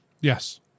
yes